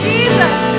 Jesus